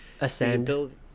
ascend